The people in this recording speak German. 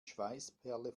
schweißperle